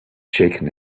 shaken